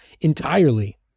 entirely